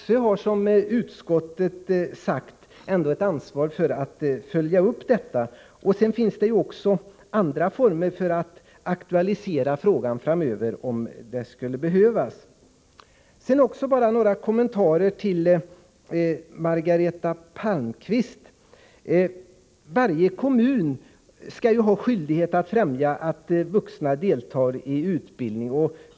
SÖ har, som utskottet sagt, ändå ett ansvar för att följa upp detta. Det finns också andra former för att aktualisera frågan framöver om det skulle behövas. Sedan några kommentarer till Margareta Palmqvist. Varje kommun skall ha skyldighet att främja att vuxna deltar i utbildningen.